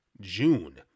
June